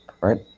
right